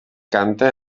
canta